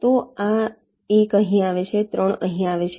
તો આ 1 અહીં આવે છે 3 અહીં આવે છે